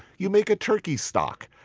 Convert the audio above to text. you make a turkey stock,